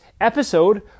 episode